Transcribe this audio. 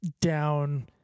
down